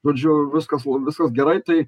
žodžiu viskas l viskas gerai tai